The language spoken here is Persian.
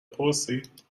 پرسید